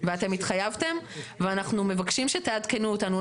אתם התחייבתם ואנחנו מבקשים שתעדכנו אותנו.